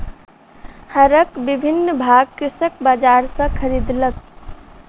हरक विभिन्न भाग कृषक बजार सॅ खरीदलक